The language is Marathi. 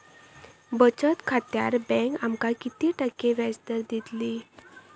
बचत खात्यार बँक आमका किती टक्के व्याजदर देतली?